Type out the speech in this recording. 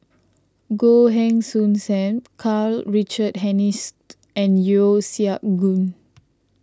Goh Heng Soon Sam Karl Richard Hanitsch and Yeo Siak Goon